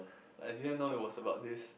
I didn't know it was about this